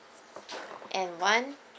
and one